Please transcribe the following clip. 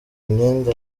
imyenda